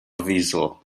ddiesel